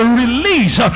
release